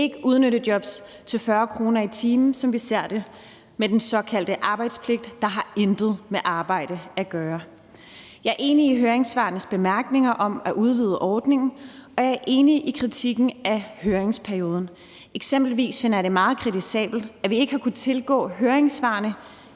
ikke udnyttejobs til 40 kr. i timen, som vi ser det med den såkaldte arbejdspligt, der intet har med arbejde at gøre. Jeg er enig i bemærkningerne i høringssvarene om at udvide ordningen, og jeg er enig i kritikken af høringsperioden. Eksempelvis finder jeg det meget kritisabelt, at vi ikke har kunnet tilgå høringssvarene